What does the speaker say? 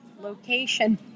location